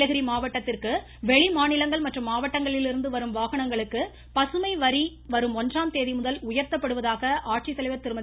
நீலகிரி மாவட்டத்திற்கு வெளி மாநிலங்கள் மற்றும் மாவட்டங்களிலிருந்து வரும் வாகனங்களுக்கான பசுமை வரி வரும் ஒன்றாம் தேதி முதல் உயர்த்தப்படுவதாக மாவட்ட ஆட்சித்தலைவர் திருமதி